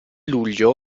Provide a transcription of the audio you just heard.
luglio